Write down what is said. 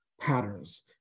patterns